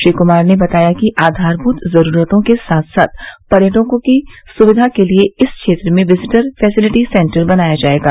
श्री कुमार ने बताया कि आधारमूत ज़रूरतों के साथ साथ पर्यटकों की सुविधा के लिए इस क्षेत्र में विज़िटर फेसिलिटी सेन्टर बनाया जायेगा